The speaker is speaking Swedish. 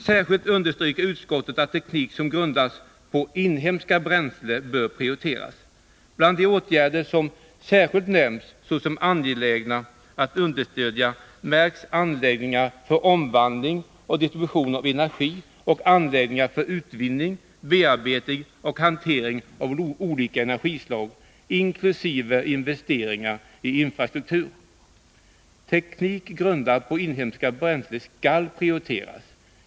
Utskottet understryker särskilt att teknik som grundas på inhemska bränslen bör prioriteras. Bland de åtgärder som särskilt nämns såsom angelägna att understödja märks anläggningar för omvandling och distribution av energi och anläggningar för utvinning, bearbetning och hantering av olika energislag, inkl. investeringar i infrastruktur. Teknik grundad på inhemska bränslen skall prioriteras.